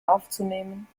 aufzunehmen